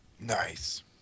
Nice